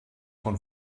von